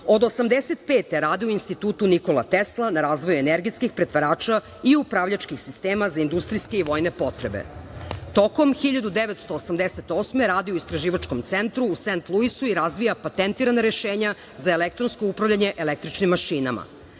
radio je u Institutu „Nikola Tesla“ na razvoju energetskih pretvarača i upravljačkih sistema za industrijske i vojne potrebe. Tokom 1988. godine radio je u Istraživačkom centru u Sent Luisu i razvija patentirana rešenja za elektronsko upravljanje električnim mašinama.